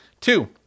Two